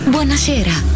Buonasera